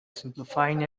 simplifying